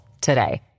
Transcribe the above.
today